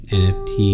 nft